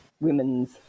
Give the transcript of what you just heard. women's